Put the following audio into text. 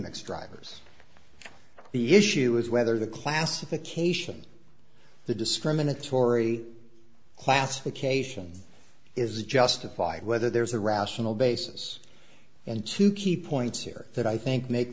mix drivers the issue is whether the classification the discriminatory classification is justified whether there's a rational basis and two key points here that i think make